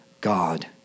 God